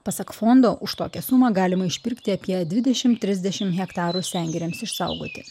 pasak fondo už tokią sumą galima išpirkti apie dvidešimt trisdešimt hektarų sengirėms išsaugoti